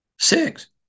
Six